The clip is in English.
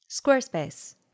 Squarespace